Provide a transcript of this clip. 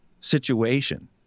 situation